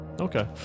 Okay